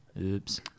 Oops